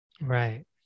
Right